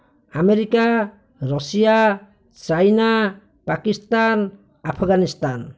America Russia China Pakistan Afghanistan